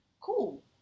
Cool